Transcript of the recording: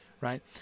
Right